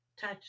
touch